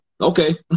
Okay